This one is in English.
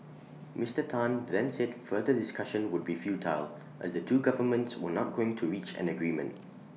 Mister Tan then said further discussion would be futile as the two governments were not going to reach an agreement